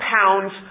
pounds